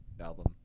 album